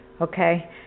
Okay